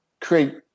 create